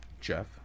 Jeff